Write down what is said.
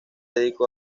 dedicó